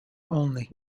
only